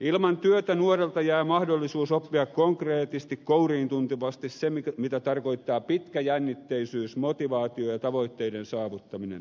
ilman työtä nuorelta jää mahdollisuus oppia konkreettisesti kouriintuntuvasti se mitä tarkoittaa pitkäjännitteisyys motivaatio ja tavoitteiden saavuttaminen elävässä elämässä